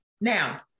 now